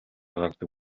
гаргадаг